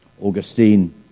Augustine